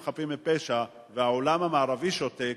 והעולם המערבי שותק,